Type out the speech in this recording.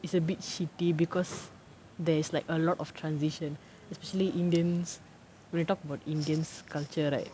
it's a bit shitty because there is like a lot of transition especially indians we talked about indian's culture right